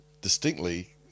distinctly